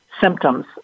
symptoms